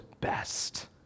best